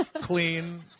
clean